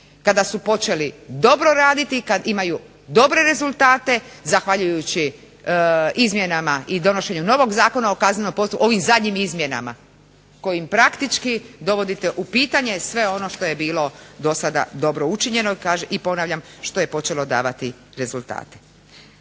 kada su počeli dobro raditi, kad imaju dobre rezultate zahvaljujući izmjenama i donošenju novog Zakona o kaznenom postupku, ovim zadnjim izmjenama kojim praktički dovodite u pitanje sve ono što je bilo do sada dobro učinjeno i ponavljam, što je počelo davati rezultate.